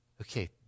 Okay